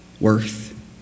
worth